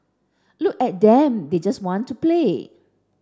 look at them they just want to play